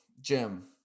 Jim